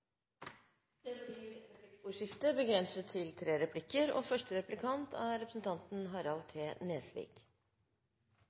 Det blir replikkordskifte, begrenset til tre replikker. Mitt spørsmål til representanten Holmelid er